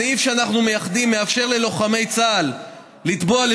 הסעיף שאנחנו מייחדים מאפשר ללוחמי צה"ל לתבוע,